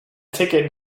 ticket